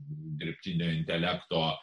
dirbtinio intelekto